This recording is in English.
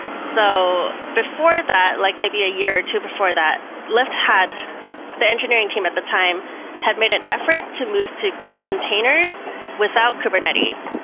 so before that, like maybe a year or two before that, lyft had the engineering team at the time had made an effort to move to containers without kubernetes.